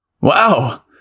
Wow